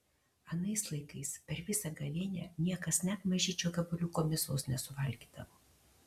anais laikais per visą gavėnią niekas net mažyčio gabaliuko mėsos nesuvalgydavo